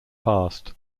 past